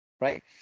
Right